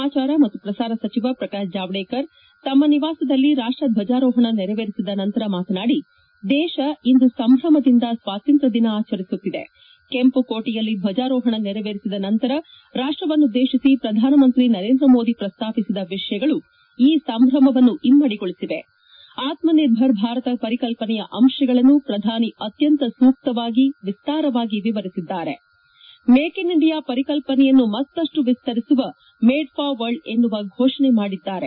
ಸಮಾಚಾರ ಮತ್ತು ಪ್ರಸಾರ ಸಚಿವ ಪ್ರಕಾಶ್ ಜಾವಡೇಕರ್ ತಮ್ಮ ನಿವಾಸದಲ್ಲಿ ರಾಷ್ಟರ್ಜಜಾರೋಹಣ ನೆರವೇರಿಸಿದ ನಂತರ ಮಾತನಾಡಿ ದೇಶ ಇಂದು ಸಂಭ್ರಮದಿಂದ ಸ್ವಾತಂತ್ರ್ಯ ದಿನ ಆಚರಿಸುತ್ತಿದೆ ಕೆಂಪುಕೋಟೆಯಲ್ಲಿ ದ್ಜಜಾರೋಪಣ ನೆರವೇರಿಸಿದ ನಂತರ ರಾಷ್ಟವನ್ನುದ್ದೇತಿಸಿ ಪ್ರಧಾನಮಂತ್ರಿ ನರೇಂದ್ರಮೋದಿ ಪ್ರಸ್ತಾಪಿಸಿದ ವಿಷಯಗಳು ಈ ಸಂಭ್ರಮವನ್ನು ಇಮ್ಮಡಿಗೊಳಿಸಿವೆ ಆತ್ಮ ನಿರ್ಭರ್ ಭಾರತ ಪರಿಕಲ್ಪನೆಯ ಅಂಶಗಳನ್ನು ಪ್ರಧಾನಿ ಅತ್ಯಂತ ಸೂಕ್ತವಾಗಿ ವಿಸ್ತಾರವಾಗಿ ವಿವರಿಸಿದ್ದಾರೆ ಮೇಕ್ ಇನ್ ಇಂಡಿಯಾ ಪರಿಕಲ್ಲನೆಯನ್ನು ಮತ್ತಷ್ಟು ವಿಸ್ತರಿಸುವ ಮೇಡ್ ಫಾರ್ ವರ್ಲ್ಡ್ ಎನ್ನುವ ಘೋಷಣೆ ಮಾಡಿದ್ದಾರೆ